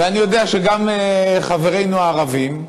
ואני יודע שגם חברינו הערבים,